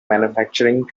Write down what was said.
manufacturing